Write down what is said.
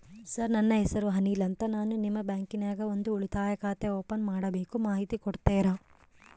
Sir ನನ್ನ ಹೆಸರು ಅನಿಲ್ ಅಂತ ನಾನು ನಿಮ್ಮ ಬ್ಯಾಂಕಿನ್ಯಾಗ ಒಂದು ಉಳಿತಾಯ ಖಾತೆ ಓಪನ್ ಮಾಡಬೇಕು ಮಾಹಿತಿ ಕೊಡ್ತೇರಾ?